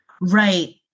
Right